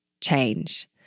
change